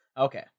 Okay